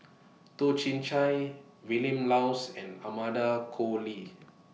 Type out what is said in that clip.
Toh Chin Chye Vilma Laus and Amanda Koe Lee